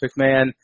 McMahon